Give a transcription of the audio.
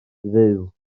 dduw